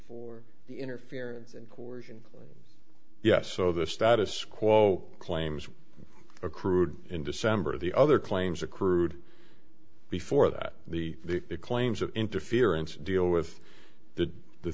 for the interference and portion yes so the status quo claims accrued in december the other claims accrued before that the claims of interference deal with the